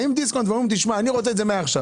בא דיסקונט ואומר שהוא רוצה את זה מעכשיו.